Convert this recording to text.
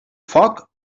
foc